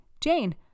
Jane